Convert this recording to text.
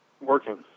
working